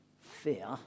fear